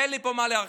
אין לי פה מה להרחיב.